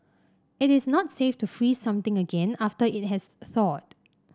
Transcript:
it is not safe to freeze something again after it has thawed